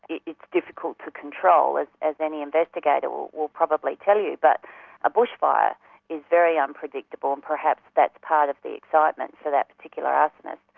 it's difficult to control, as any investigator will will probably tell you, but a bushfire is very unpredictable and perhaps that's part of the excitement for that particular arsonist.